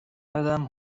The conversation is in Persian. قدم